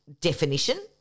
definition